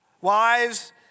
Wives